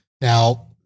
Now